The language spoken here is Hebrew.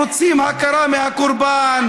רוצים הכרה מהקורבן.